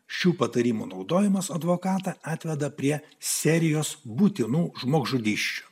šių patarimų naudojimas advokatą atveda prie serijos būtinų žmogžudysčių